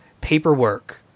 paperwork